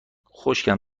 خشکم